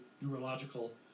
neurological